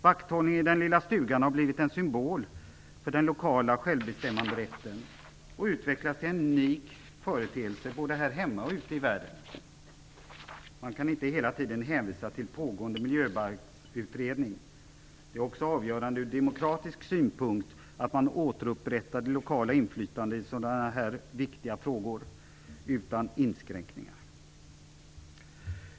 Vakthållningen i den lilla stugan har blivit en symbol för den lokala självbestämmanderätten och utvecklats till en unik företeelse både här hemma och ute i världen. Man kan inte hela tiden hänvisa till pågående miljöbalksutredning. Det är också avgörande ur demokratisk synpunkt att man återupprättar det lokala inflytandet i sådana här viktiga frågor utan inskränkning.